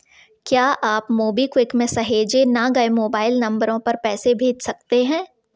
क्या आप मोबीक्विक में सहेजे न गए मोबाइल नंबरों पर पैसे भेज सकते हैं